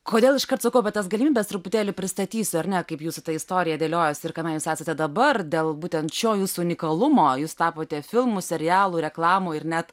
kodėl iškart sakauapie tas galimybes truputėlį pristatysiu ar ne kaip jūsų istorija dėliojosi ir kame jūs esate dabar dėl būtent šio jūsų unikalumo jūs tapote filmų serialų reklamų ir net